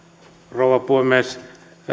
rouva puhemies